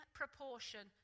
proportion